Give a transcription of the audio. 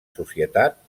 societat